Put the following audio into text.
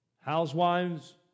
housewives